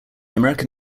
american